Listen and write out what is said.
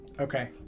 Okay